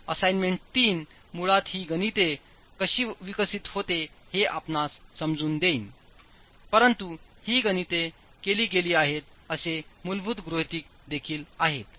तर असाईनमेंट 3 मुळात ही गणिते कशी विकसित होते हे आपणास समजून देईन परंतु ही गणिते केली गेली आहेत असे मूलभूत गृहितक देखील आहेत